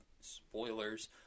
spoilers